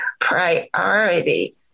priority